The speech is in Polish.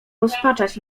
rozpaczać